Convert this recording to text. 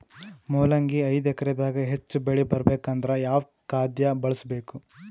ಮೊಲಂಗಿ ಐದು ಎಕರೆ ದಾಗ ಹೆಚ್ಚ ಬೆಳಿ ಬರಬೇಕು ಅಂದರ ಯಾವ ಖಾದ್ಯ ಬಳಸಬೇಕು?